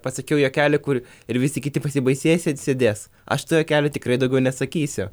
pasakiau juokelį kur ir visi kiti pasibaisės it sėdės aš to juokelio tikrai daugiau nesakysiu